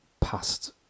past